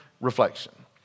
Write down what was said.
reflection